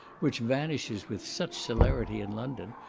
which vanishes with such celerity in london,